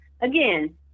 again